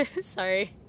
Sorry